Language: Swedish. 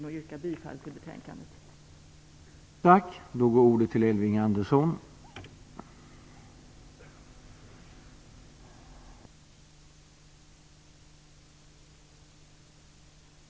Jag yrkar bifall till hemställan i betänkandet.